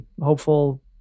hopeful